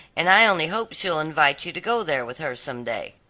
and i only hope she'll invite you to go there with her some day.